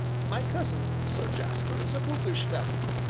my cousin, sir jasper, is a bookish fellow,